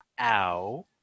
Ow